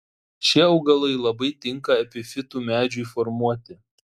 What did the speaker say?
šie augalai labai tinka epifitų medžiui formuoti